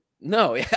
No